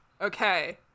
okay